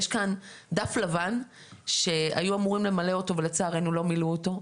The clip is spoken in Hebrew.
יש כאן דף לבן שהיו אמורים למלא אותו ולצערנו לא מילאו אותו,